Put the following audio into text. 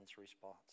response